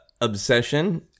obsession